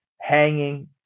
hanging